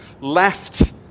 left